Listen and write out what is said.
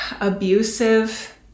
abusive